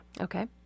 Okay